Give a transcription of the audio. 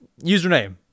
username